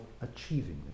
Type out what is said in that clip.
achieving